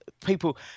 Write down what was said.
people